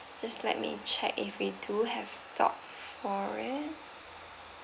just let me check if we do have stock for it